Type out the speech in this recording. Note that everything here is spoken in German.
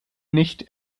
nicht